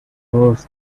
wolves